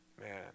Man